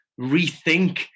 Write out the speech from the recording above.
rethink